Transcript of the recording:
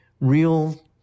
real